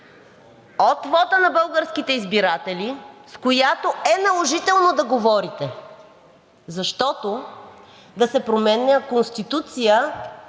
от вота на българските избиратели, с която е наложително да говорите. Защото да се променя Конституция